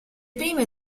prime